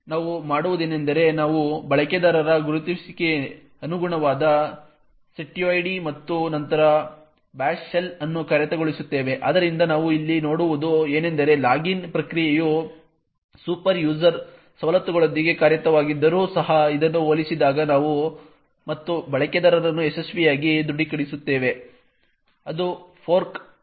ನಾವು ಮಾಡುವುದೇನೆಂದರೆ ನಾವು ಬಳಕೆದಾರರ ಗುರುತಿಸುವಿಕೆಗೆ ಅನುಗುಣವಾದ ಸೆಟ್ಯೂಡ್ ಮತ್ತು ನಂತರ ಬ್ಯಾಷ್ ಶೆಲ್ ಅನ್ನು ಕಾರ್ಯಗತಗೊಳಿಸುತ್ತೇವೆ ಆದ್ದರಿಂದ ನಾವು ಇಲ್ಲಿ ನೋಡುವುದು ಏನೆಂದರೆ ಲಾಗಿನ್ ಪ್ರಕ್ರಿಯೆಯು ಸೂಪರ್ಯೂಸರ್ ಸವಲತ್ತುಗಳೊಂದಿಗೆ ಕಾರ್ಯಗತವಾಗಿದ್ದರೂ ಸಹ ಅದನ್ನು ಹೋಲಿಸಿದಾಗ ಮತ್ತು ಬಳಕೆದಾರರನ್ನು ಯಶಸ್ವಿಯಾಗಿ ದೃಢೀಕರಿಸುತ್ತದೆ ಅದು ಫೋರ್ಕ್ ಮಾಡುತ್ತದೆ